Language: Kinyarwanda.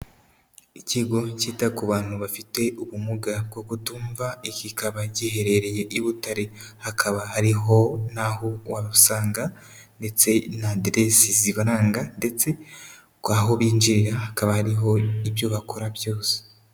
Ikigo kita ku bantu bafite ubumuga bwo kutumva, kikaba giherereye i Butare, hakaba hariho naho wabasanga ndetse n'aderesi zibaranga ndetse aho binjirira hakaba hariho ibyo bakora byose.